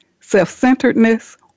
self-centeredness